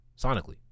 sonically